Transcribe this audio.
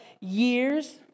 years